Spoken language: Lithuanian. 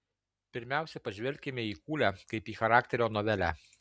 pirmiausia pažvelkime į kūlę kaip į charakterio novelę